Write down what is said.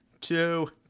two